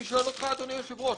אני שואל אותך אדוני היושב-ראש,